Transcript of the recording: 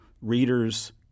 readers